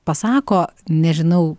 pasako nežinau